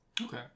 Okay